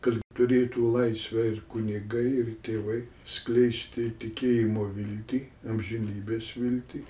kad turėtų laisvę ir kunigai ir tėvai skleisti tikėjimo viltį amžinybės viltį